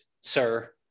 sir